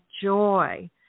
joy